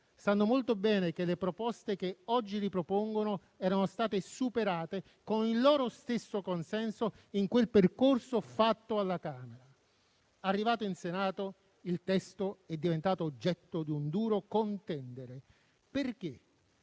sanno molto bene che le proposte che oggi ripropongono erano state superate con il loro stesso consenso in quel percorso fatto alla Camera. Arrivato in Senato, il testo è diventato oggetto di un duro contendere. Perché?